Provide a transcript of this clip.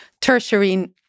tertiary